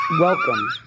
welcome